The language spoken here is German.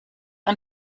ein